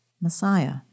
Messiah